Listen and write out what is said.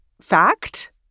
fact